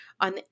on